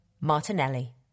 Martinelli